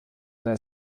der